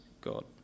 God